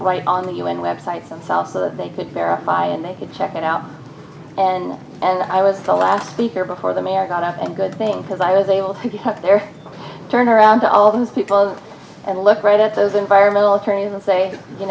right on the un website themselves so that they could verify and they could check it out and and i was the last speaker before the man got up and good thing because i was able to talk there turn around to all those people and look right at those environmental attorneys and say you